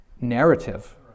narrative